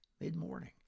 mid-morning